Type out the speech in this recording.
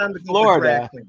Florida